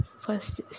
first